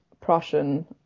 Prussian